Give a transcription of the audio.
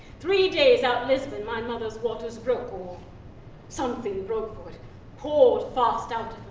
three days out lisbon my mother's waters broke or something broke, for it poured fast out of